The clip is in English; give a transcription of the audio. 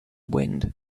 wind